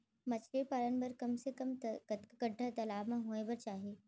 मछली पालन बर कम से कम कतका गड्डा तालाब म होये बर चाही?